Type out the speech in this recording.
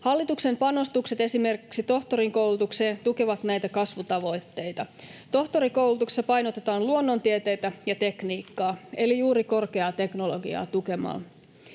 Hallituksen panostukset esimerkiksi tohtorikoulutukseen tukevat näitä kasvutavoitteita. Tohtorikoulutuksessa painotetaan luonnontieteitä ja tekniikkaa, eli juuri korkeaa teknologiaa tukemaan.